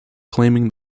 claiming